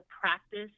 practice